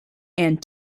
and